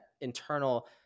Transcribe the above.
internal